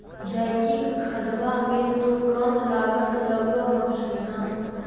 जैकिक खदबा मे तो कम लागत लग हखिन न?